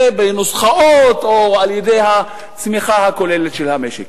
בנוסחאות או על-ידי הצמיחה הכוללת של המשק.